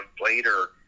later